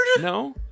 No